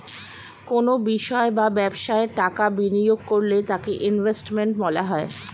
কোনো বিষয় বা ব্যবসায় টাকা বিনিয়োগ করলে তাকে ইনভেস্টমেন্ট বলা হয়